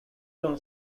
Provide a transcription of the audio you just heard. from